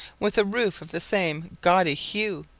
with a roof of the same gaudy hue,